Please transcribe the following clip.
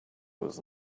was